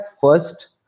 first